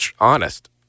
honest